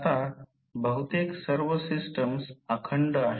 आता बहुतेक सर्व सिस्टम्स अखंड आहेत